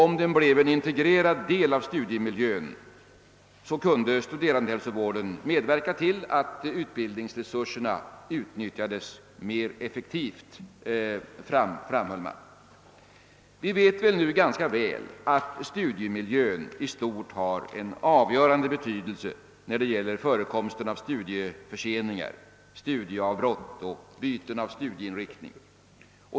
Om den blev en integrerad del av studiemiljön kunde studerandehälsovården medverka till att utbildningsresurserna utnyttjades mera effektivt, framhöll man. Vi vet nu ganska säkert att studiemiljön i stort har avgörande betydelse när det gäller förekomsten av studieförseningar, studieavbrott och byten av studieinriktning.